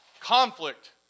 conflict